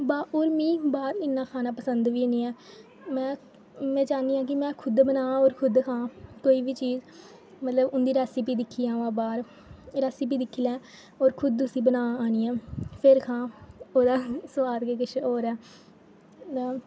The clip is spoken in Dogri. बाह्र होर मिगी बाह्र इ'न्ना खाना पसंद बी ऐनी ऐ में में चाह्न्नीं आं कि में खुद बनांऽ होर खुद खांऽ कोई बी चीज़ मतलब उं'दी रेसिपी दिक्खी आवां बाह्र रेसिपी होर खुद उसी बनांऽ आनियै फिर खांऽ ओह्दा सोआद गै किश होर ऐ ते